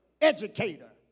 educator